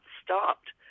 stopped